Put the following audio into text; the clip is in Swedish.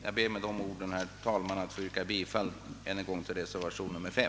Jag ber med dessa ord, herr talman, att ännu en gång få yrka bifall till reservationen 5.